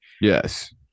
Yes